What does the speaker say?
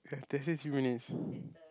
ya they say three minutes